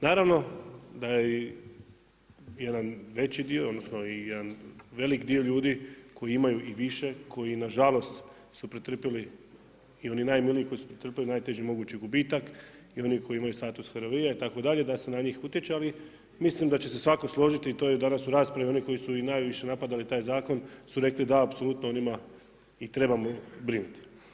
Naravno da je i jedan veći dio, odnosno i jedan velik ljudi koji imaju i više, koji nažalost su pretrpjeli i oni najmiliji koji su pretrpjeli najteži mogući gubitak i oni koji imaju status HRVI-a itd., da se na njih utječe ali mislim da će se svatko složiti i to je danas u raspravi oni koji su i najviše napadali taj zakon su rekli da apsolutno o njima i trebamo brinuti.